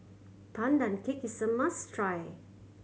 Pandan Cake is a must try